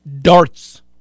Darts